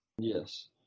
Yes